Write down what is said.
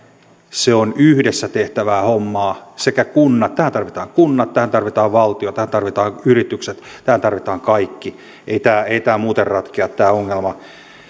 se on yhdessä tehtävää hommaa tähän tarvitaan kunnat tähän tarvitaan valtio tähän tarvitaan yritykset tähän tarvitaan kaikki ei tämä ongelma muuten ratkea